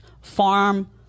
farm